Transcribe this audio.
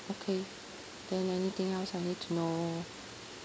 okay then anything else I need to know